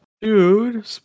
Dude